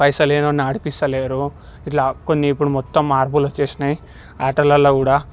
పైసలేనోన్ని ఆడిపిస్తలేరు ఇట్లా కొన్ని ఇప్పుడు మొత్తం మార్పులు వచ్చేసినాయి ఆటలల్లో కూడా